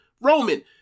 Roman